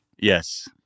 Yes